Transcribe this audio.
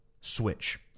switch